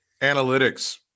analytics